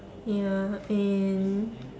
ya and